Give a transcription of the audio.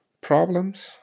problems